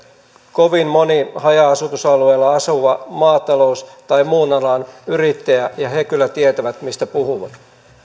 kovin moni haja asutusalueella asuva maatalous tai muun alan yrittäjä ja he kyllä tietävät mistä puhuvat